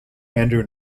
andrew